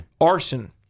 Arson